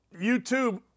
YouTube